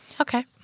Okay